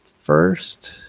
first